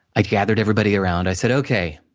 i gathered everybody around, i said, okay,